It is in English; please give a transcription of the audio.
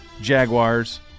Jaguars